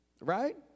Right